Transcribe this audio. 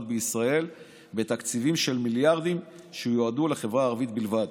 בישראל בתקציבים של מיליארדים שיועדו לחברה הערבית בלבד.